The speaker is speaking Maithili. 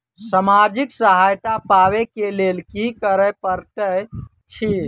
सामाजिक सहायता पाबै केँ लेल की करऽ पड़तै छी?